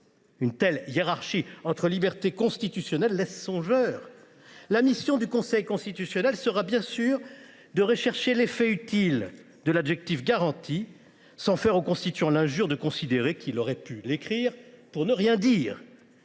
Une telle hiérarchie entre libertés constitutionnelles laisse songeur. La mission du Conseil constitutionnel sera de rechercher l’effet utile de l’adjectif « garantie », sans faire au constituant l’injure de considérer qu’il aurait pu l’écrire pour ne rien dire.